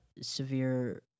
severe